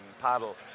Paddle